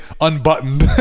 unbuttoned